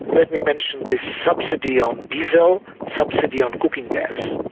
let me mention the subsidy on diesel, subsidy on cooking gas.